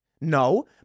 No